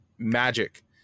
magic